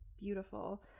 beautiful